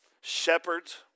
Shepherds